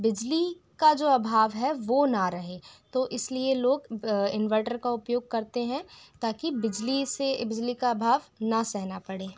ताकि बिजली का जो अभाव है वो ना रहे तो इसलिए लोग इन्वर्टर का उपयोग करते हैं ताकि बिजली से बिजली का अभाव ना सहना पड़े